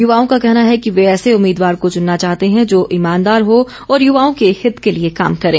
युवाओं का कहना है कि वे ऐसे उम्मीदवार को चुनना चाहते हैं जो ईमानदार हो और युवाओं के हित के लिए काम करें